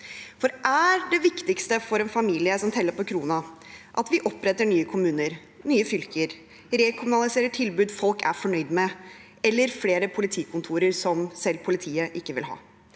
Er det viktigste for en familie som teller på krona, at vi oppretter nye kommuner og fylker, rekommunaliserer tilbud folk er fornøyd med, og oppretter flere politikontorer som selv politiet ikke vil ha?